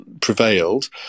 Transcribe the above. prevailed